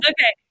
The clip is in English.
Okay